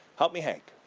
help me hank.